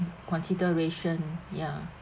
consideration ya